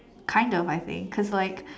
kind of I think cause like